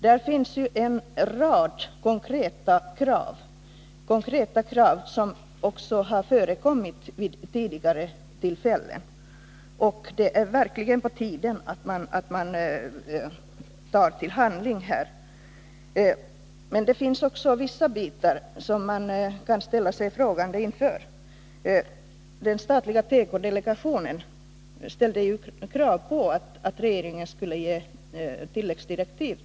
Där finns en rad konkreta krav, som också har ställts vid tidigare tillfällen. Och det är verkligen på tiden att man övergår till handling. Men det finns också vissa bitar i rapporterna som man kan ställa sig frågande inför. Den statliga tekodelegationen krävde i juli månad att regeringen skulle ge tilläggsdirektiv.